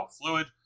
fluid